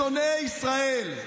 לשונאי ישראל.